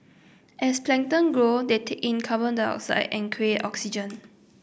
as plankton grow they take in carbon dioxide and create oxygen